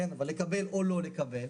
אבל לקבל או לא לקבל,